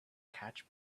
catch